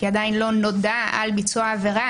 כי עדיין לא נודע על ביצוע עבירה,